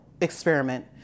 experiment